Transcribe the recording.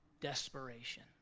desperation